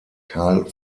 carl